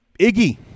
Iggy